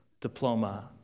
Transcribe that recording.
diploma